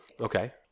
Okay